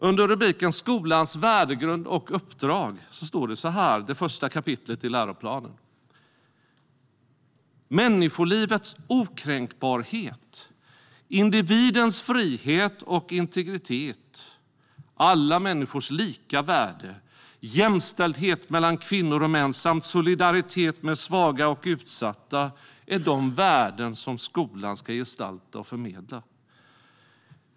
Under rubriken Skolans värdegrund och uppdrag står följande, och det är det första kapitlet i läroplanen: Människolivets okränkbarhet, individens frihet och integritet, alla människors lika värde, jämställdhet mellan kvinnor och män samt solidaritet med svaga och utsatta är de värden som skolan ska gestalta och förmedla.